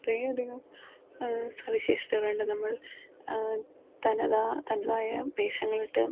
കുറെയധികം സവിശേഷതകളുണ്ട് നമ്മൾ തനതായ തനതായ വേഷങ്ങളിട്ട്